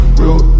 real